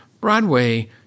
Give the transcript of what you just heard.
Broadway